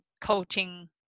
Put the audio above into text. coaching